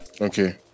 okay